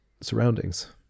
surroundings